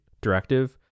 directive